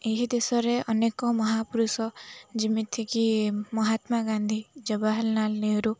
ଏହି ଦେଶରେ ଅନେକ ମହାପୁରୁଷ ଯେମିତିକି ମହାତ୍ମା ଗାନ୍ଧୀ ଜବାହାରଲାଲ ନେହରୁ